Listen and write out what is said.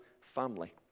family